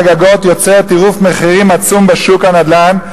הגגות יוצר טירוף מחירים עצום בשוק הנדל"ן,